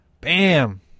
Bam